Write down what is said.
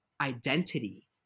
identity